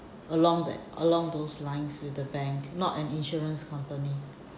along the along those lines with the bank not an insurance company